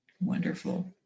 Wonderful